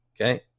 okay